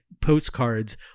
postcards